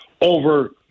over